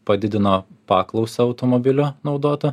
padidino paklausą automobilio naudoto